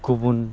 गुबुन